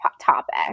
topic